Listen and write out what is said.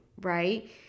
right